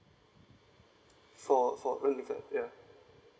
for for own the flat ya